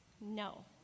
No